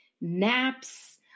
naps